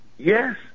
Yes